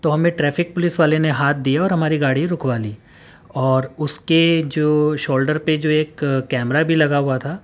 تو ہمیں traffic police والے نے ہاتھ دیا اور ہماری گاڑی رکوا لی اور اس کے جو شولڈر پہ جو ایک کیمرا بھی لگا ہوا تھا